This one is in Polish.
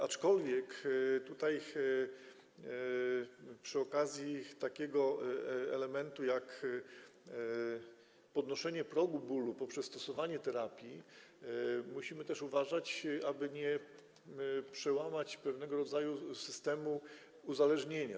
Aczkolwiek przy okazji takiego elementu jak podnoszenie progu bólu poprzez stosowanie terapii musimy też uważać, aby nie przełamać pewnego rodzaju systemu uzależnienia.